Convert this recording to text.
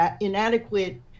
inadequate